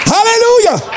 Hallelujah